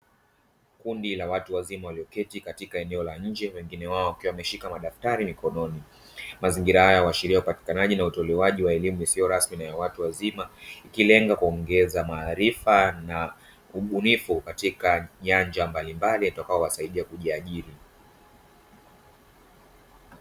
Kundi la watu wazima walioketi katika eneo la nje wengine wao wakiwa wameshika madaftari mikononi. Mazingira haya huashiri upatikanaji na utolewaji wa elimu isiyo rasmi na ya watu wazima ,ikilenga kuongeza maarifa na ubunifu katika nyanja mbalimbali itakayo wasaidia kujiajiri.